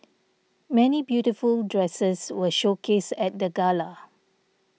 many beautiful dresses were showcased at the gala